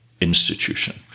institution